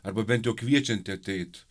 arba bent jau kviečianti ateit